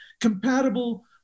compatible